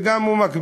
והוא גם מקביל,